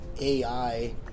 AI